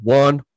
one